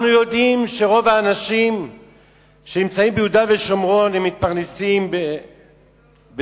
אנחנו יודעים שרוב האנשים שנמצאים ביהודה ושומרון מתפרנסים בדוחק,